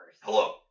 Hello